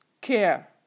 care